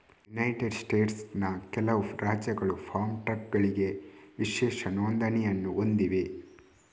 United ಸ್ಟೇಟ್ಸ್ನ ಕೆಲವು ರಾಜ್ಯಗಳು ಫಾರ್ಮ್ ಟ್ರಕ್ಗಳಿಗೆ ವಿಶೇಷ ನೋಂದಣಿಯನ್ನು ಹೊಂದಿವೆ